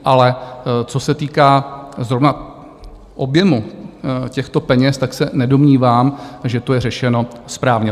Ale co se týká zrovna objemu těchto peněz, tak se nedomnívám, že to je řešeno správně.